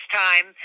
time